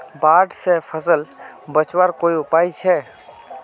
बाढ़ से फसल बचवार कोई उपाय छे?